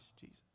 Jesus